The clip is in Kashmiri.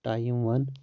ٹایم ون